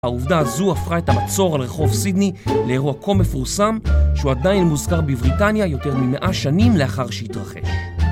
העובדה הזו הפכה את המצור על רחוב סידני לאירוע כה מפורסם שהוא עדיין מוזכר בבריטניה יותר מ-100 שנים לאחר שהתרחש